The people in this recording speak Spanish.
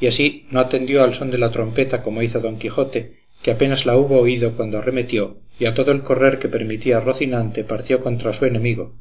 y así no atendió al son de la trompeta como hizo don quijote que apenas la hubo oído cuando arremetió y a todo el correr que permitía rocinante partió contra su enemigo